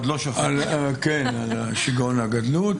שיגעון הגדלות